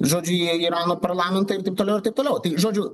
žodžiu į irano parlamentą ir taip toliau ir taip toliau žodžiu